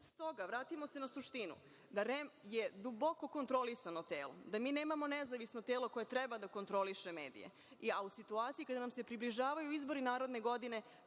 toga, vratimo se na suštinu, REM je duboko kontrolisano telo. Mi nemamo nezavisno telo koje treba da kontroliše medije. U situaciji kada nam se približavaju izbori naredne godine,